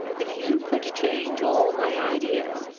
if you could change all my ideas,